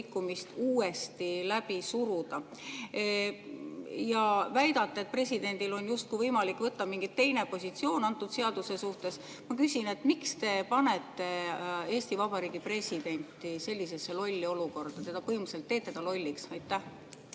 rikkumist uuesti läbi suruda. Te väidate, et presidendil on justkui võimalik võtta mingi teine positsioon selle seaduse suhtes. Ma küsin, miks te panete Eesti Vabariigi presidendi sellisesse lolli olukorda, põhimõtteliselt teete ta lolliks. Aitäh,